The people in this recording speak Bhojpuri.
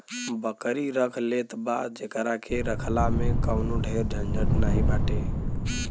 बकरी रख लेत बा जेकरा के रखला में कवनो ढेर झंझट नाइ बाटे